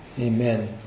Amen